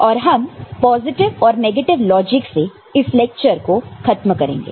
और हम पॉजिटिव और नेगेटिव लॉजिक से इस लेक्चर को खत्म करेंगे